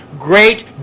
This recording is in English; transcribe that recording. great